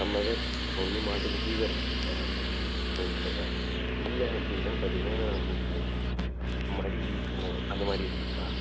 நம்ம இது ஒன்று மாட்டுக்கு ஃபீவர் இருக்கும் சார் இந்த மாதிரி இல்லை அப்படின்னா பார்த்தீங்கன்னா உங்களுக்கு மடி வீக்கம் அந்த மாதிரி எதுவும் இருக்கா